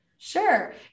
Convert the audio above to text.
Sure